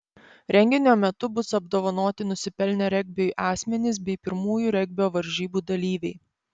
renginio metu bus apdovanoti nusipelnę regbiui asmenys bei pirmųjų regbio varžybų dalyviai